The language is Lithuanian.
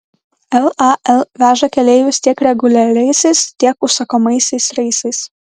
lal veža keleivius tiek reguliariaisiais tiek užsakomaisiais reisais